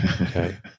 Okay